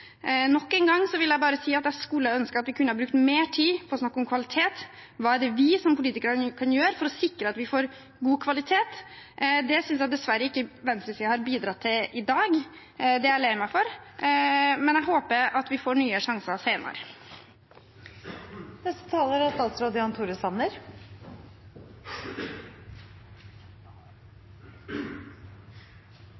Nok en gang vil jeg bare si at jeg skulle ønske vi kunne brukt mer tid på å snakke om kvalitet. Hva er det vi som politikere kan gjøre for å sikre at vi får god kvalitet? Det synes jeg venstresiden dessverre ikke har bidratt til i dag. Det er jeg lei meg for, men jeg håper at vi får nye sjanser